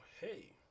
hey